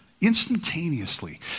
instantaneously